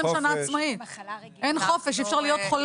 אין חופש, אי-אפשר להיות חולה.